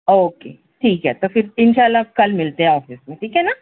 okay ٹھیک ہے تو پھر اِنشاء اللہ کل ملتے ہیں آفس میں ٹھیک ہے نا